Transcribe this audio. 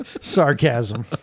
Sarcasm